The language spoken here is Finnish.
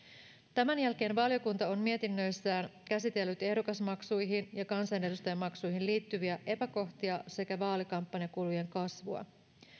tämän jälkeen valiokunta on mietinnöissään käsitellyt ehdokasmaksuihin ja kansanedustajamaksuihin liittyviä epäkohtia sekä vaalikampanjakulujen kasvua